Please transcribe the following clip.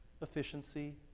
efficiency